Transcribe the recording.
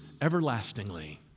everlastingly